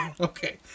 Okay